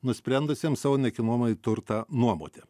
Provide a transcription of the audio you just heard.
nusprendusiems savo nekilnojamąjį turtą nuomoti